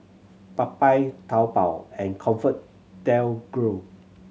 Popeyes Taobao and ComfortDelGro